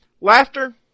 laughter